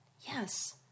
Yes